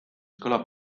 kõlab